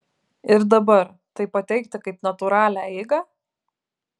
ir dabar tai pateikti kaip natūralią eigą